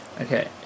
okay